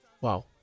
Wow